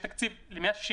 חשוב,